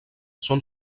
són